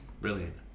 Brilliant